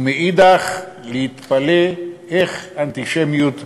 ומאידך גיסא להתפלא איך האנטישמיות גוברת.